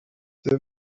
c’est